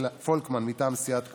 מטעם סיעת כולנו,